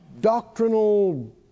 doctrinal